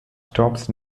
stops